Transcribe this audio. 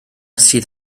sydd